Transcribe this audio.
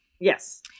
Yes